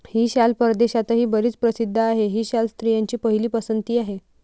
ही शाल परदेशातही बरीच प्रसिद्ध आहे, ही शाल स्त्रियांची पहिली पसंती आहे